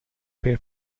per